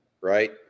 right